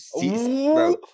Bro